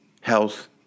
health